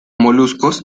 moluscos